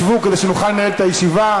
שבו כדי שנוכל לנהל את הישיבה.